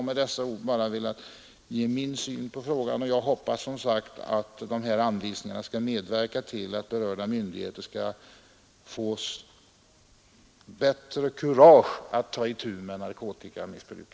Med dessa ord har jag velat ge min syn på denna fråga, och jag hoppas att dessa anvisningar skall medverka till att berörda myndigheter får bättre kurage att ta itu med narkotikamissbruket.